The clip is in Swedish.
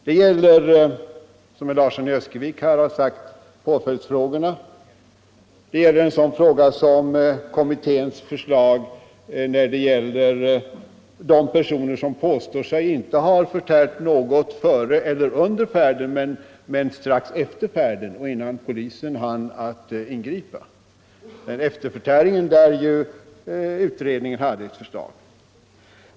Det gäller, som herr Larsson i Öskevik här har sagt, påföljdsfrågorna; det gäller frågan om de personer som påstår sig inte ha förtärt alkohol före eller under färden men strax efter färden och innan polisen hann ingripa, dvs. efterförtäring, där utredningen hade ett förslag.